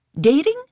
Dating